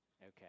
okay